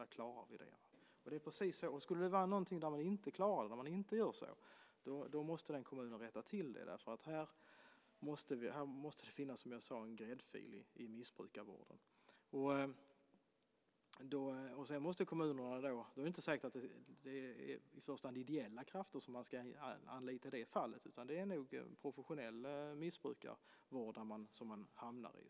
Det klarar vi. Skulle det vara någonstans där man inte klarar det, där det inte är så, måste den kommunen rätta till det därför att här måste det, som jag tidigare sagt, finnas en gräddfil i missbrukarvården. Det är inte säkert att det i första hand är ideella krafter som i det fallet ska anlitas, utan det är nog professionell missbrukarvård som man så att säga hamnar i.